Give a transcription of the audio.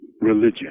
religion